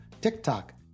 TikTok